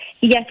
Yes